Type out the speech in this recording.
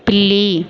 పిల్లి